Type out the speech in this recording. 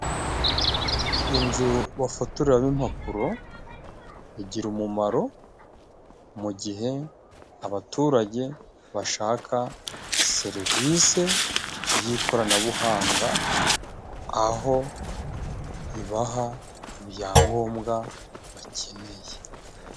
Inzu bafotoreramo impapuro igira umumaro mu gihe abaturage bashaka serivise y'ikoranabuhanga, aho ibaha ibyangombwa bakeneye.